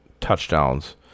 touchdowns